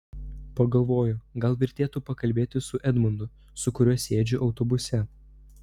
pagalvoju gal vertėtų pakalbėti su edmundu su kuriuo sėdžiu autobuse